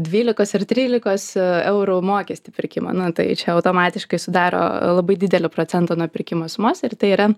dvylikos ar trylikos eurų mokestį pirkimo nu tai čia automatiškai sudaro labai didelį procentą nuo pirkimo sumos ir tai yra